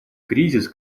кризис